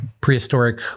prehistoric